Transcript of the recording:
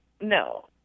No